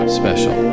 special